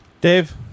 Dave